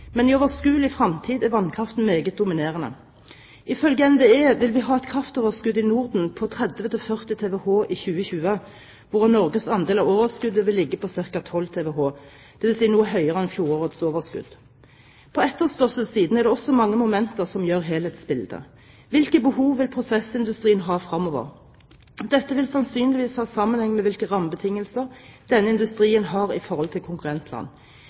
men i overskuelig fremtid er vannkraften meget dominerende. Ifølge NVE vil vi ha et kraftoverskudd i Norden på 30–40 TWh i 2020, hvorav Norges andel av overskuddet vil ligge på ca. 12 TWh, dvs. noe høyere enn fjorårets overskudd. På etterspørselssiden er det også mange momenter som gjør helhetsbildet: Hvilke behov vil prosessindustrien ha fremover? Dette vil sannsynligvis ha sammenheng med hvilke rammebetingelser denne industrien har i forhold til konkurrentland.